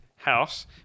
house